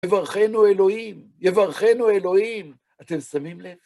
יברכנו אלוהים, יברכנו אלוהים, אתם שמים לב?